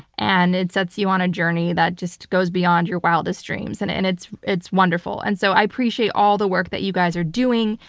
and it sets you on a journey that just goes beyond your wildest dreams and and it's it's wonderful. and so i appreciate all the work that you guys are doing.